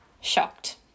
shocked